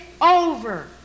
over